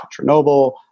Chernobyl